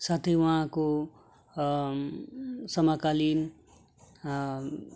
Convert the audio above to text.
साथै उहाँको समकालीन